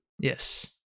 Yes